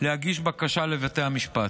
להגיש בקשה לבתי המשפט.